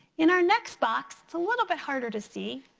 in our next box, it's a little bit harder to see.